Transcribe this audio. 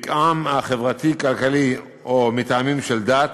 רקעם החברתי-כלכלי או מטעמים של דת,